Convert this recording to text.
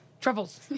Troubles